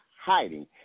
hiding